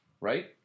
right